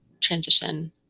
transition